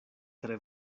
tre